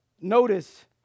Notice